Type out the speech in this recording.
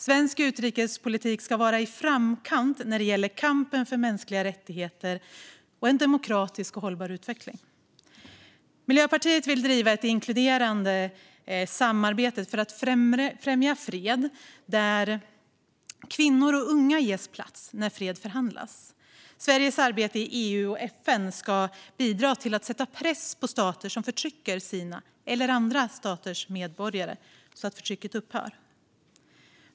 Svensk utrikespolitik ska vara i framkant när det gäller kampen för mänskliga rättigheter och en demokratisk och hållbar utveckling. Miljöpartiet vill driva ett inkluderande samarbete för att främja fred där kvinnor och unga ges plats när fred förhandlas. Sveriges arbete i EU och FN ska bidra till att sätta press på stater som förtrycker sina eller andra staters medborgare så att förtrycket upphör.